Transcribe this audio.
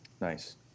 Nice